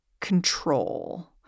control